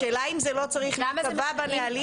השאלה אם זה לא צריך להיקבע בנהלים.